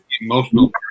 Emotional